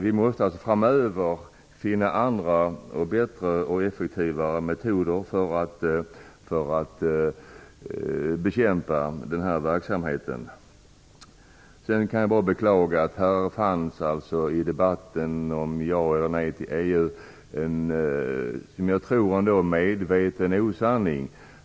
Vi måste därför framöver finna andra, bättre och effektivare metoder för att bekämpa denna verksamhet. Jag kan vidare bara beklaga att det i debatten om ja eller nej till EU fördes fram en, som jag tror, medveten osanning.